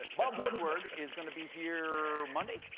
bob woodward is going to be here monday?